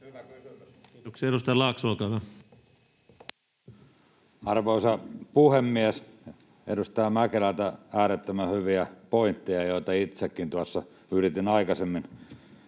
Kiitoksia. — Edustaja Laakso, olkaa hyvä. Arvoisa puhemies! Edustaja Mäkelältä tuli äärettömän hyviä pointteja, joita itsekin yritin aikaisemmin